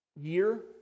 year